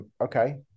Okay